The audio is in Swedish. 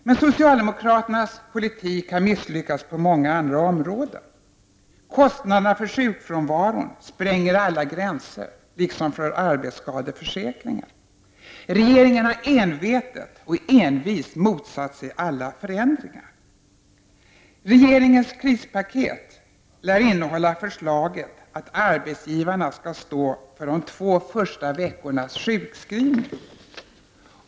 Men socialdemokraternas socialpolitik har misslyckats också på många andra områden. Kostnaderna för sjukfrånvaron spränger alla gränser liksom - för arbetsskadeförsäkringen. Regeringen har envetet och envist motsatt sig alla förändringar. Regeringens krispaket lär innehålla förslaget att arbetsgivarna skall stå för de två första veckornas sjukskrivning.